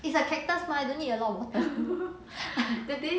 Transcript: it's a cactus mah don't need a lot of water